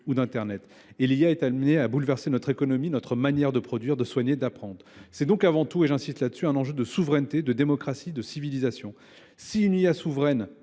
ou d'Internet. Et l'IA est amené à bouleverser notre économie, notre manière de produire, de soigner, d'apprendre. C'est donc avant tout, et j'insiste là-dessus, un enjeu de souveraineté, de démocratie, de civilisation. Si une IA souveraine